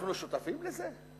אנחנו שותפים לזה?